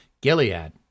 Gilead